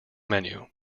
menu